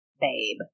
babe